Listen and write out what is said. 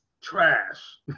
trash